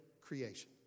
creation